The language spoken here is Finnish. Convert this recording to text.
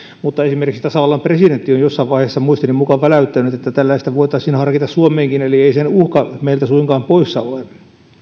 mutta esimerkiksi tasavallan presidentti on jossain vaiheessa muistini mukaan väläyttänyt että tällaista voitaisiin harkita suomeenkin eli ei sen uhka meillä suinkaan pois ole